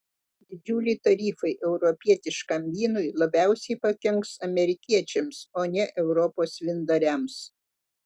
didžiuliai tarifai europietiškam vynui labiausiai pakenks amerikiečiams o ne europos vyndariams